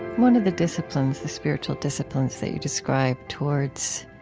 one of the disciplines, the spiritual disciplines, that you describe towards